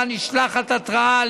שלה נשלחת התראה,